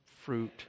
fruit